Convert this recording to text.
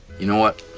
you know what?